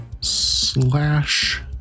slash